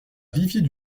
viviers